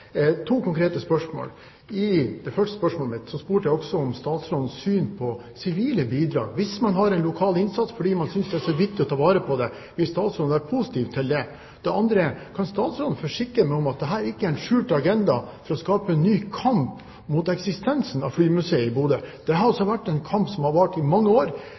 To konkrete spørsmål. I det første spørsmålet mitt spurte jeg også om statsrådens syn på sivile bidrag. Hvis man har en lokal innsats fordi man synes det er så viktig å ta vare på museet, vil statsråden være positiv til det? Det andre er: Kan statsråden forsikre meg om at dette ikke er en skjult agenda for å skape en ny kamp mot eksistensen av flymuseet i Bodø? Det har altså vært en kamp som har vart i mange år,